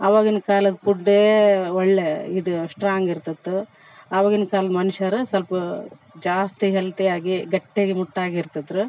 ಅವಾಗಿನ ಕಾಲದ ಫುಡ್ಡೇ ಒಳ್ಳೇ ಇದು ಸ್ಟ್ರಾಂಗ್ ಇರ್ತಿತ್ತು ಅವಾಗಿನ ಕಾಲದ ಮನುಷ್ಯರ್ ಸ್ವಲ್ಪ ಜಾಸ್ತಿ ಹೆಲ್ತಿಯಾಗಿ ಗಟ್ಟಿಗೆ ಮುಟ್ಟಾಗಿ ಇರ್ತಿದ್ರು